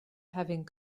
having